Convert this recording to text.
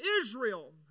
Israel